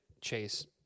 chase